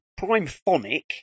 PrimePhonic